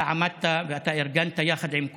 אתה עמדת ואתה ארגנת יחד עם כולם,